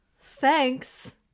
thanks